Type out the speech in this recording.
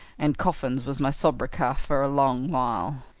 and coffins was my sobriquet for a long while.